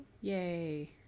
Yay